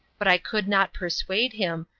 but i could not persuade him,